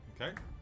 Okay